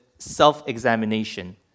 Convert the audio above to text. Self-examination